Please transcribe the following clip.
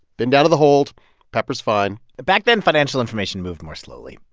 been down to the hold pepper's fine back then, financial information moved more slowly.